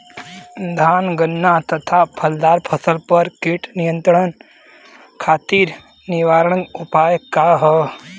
धान गन्ना तथा फलदार फसल पर कीट नियंत्रण खातीर निवारण उपाय का ह?